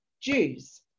Jews